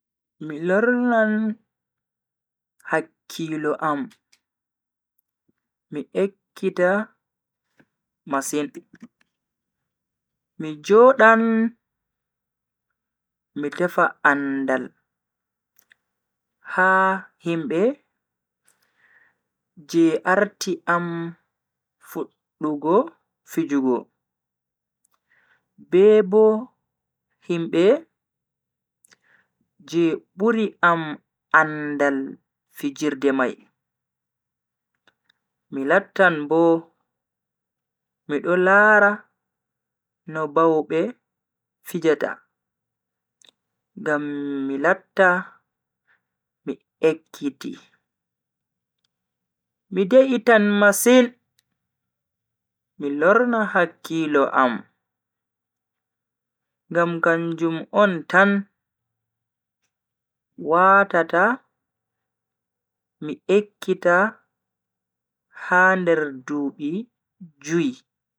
Mi lornan hakkilo am mi ekkita masin. Mi jodan MI tefa andal ha himbe je arti am fuddugo fijugo, be Bo himbe je buri am andal fijirde mai. mi lattan Bo mido lara no baube fijata ngam mi latta mi ekkiti. mi de'itan masin mi lorna hakkilo am ngam kanjum on tan watata mi ekkita ha nder dubi jui.